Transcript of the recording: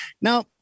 Now